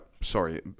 Sorry